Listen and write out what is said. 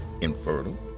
infertile